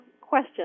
question